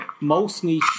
Mostly